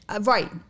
right